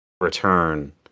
return